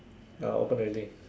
ya open already